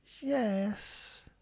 Yes